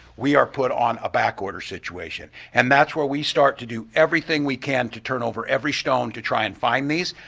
we're put on a back order situation. and that's where we start to do everything we can to turn over every stone to and find these.